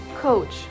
coach